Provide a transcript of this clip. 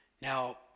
Now